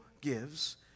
gives